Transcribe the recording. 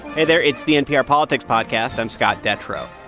hey there, it's the npr politics podcast. i'm scott detrow.